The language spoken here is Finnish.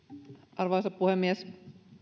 arvoisa puhemies